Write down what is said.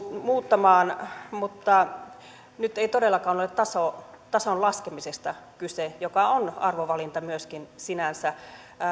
muuttamaan mutta nyt ei todellakaan ole tason laskemisesta kyse mikä on arvovalinta myöskin sinänsä